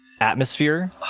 atmosphere